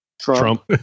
Trump